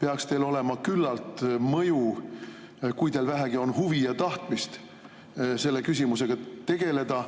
peaks teil olema küllalt mõju, kui teil vähegi on huvi ja tahtmist selle küsimusega tegeleda